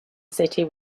city